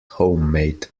homemade